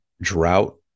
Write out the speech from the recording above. drought